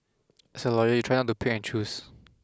as a lawyer you try not to pick and choose